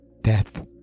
death